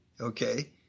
Okay